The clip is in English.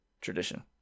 tradition